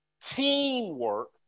teamwork